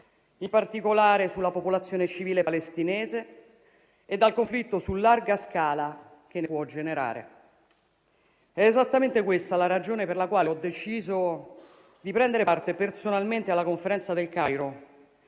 in particolare sulla popolazione civile palestinese e dal conflitto su larga scala che ne può scaturire. È esattamente questa la ragione per la quale ho deciso di prendere parte personalmente alla conferenza a Il Cairo,